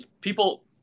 people